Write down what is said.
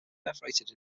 perforated